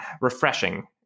refreshing